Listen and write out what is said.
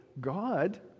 God